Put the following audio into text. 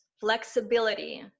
flexibility